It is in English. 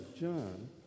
John